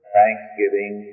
Thanksgiving